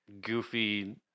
goofy